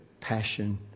passion